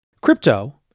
Crypto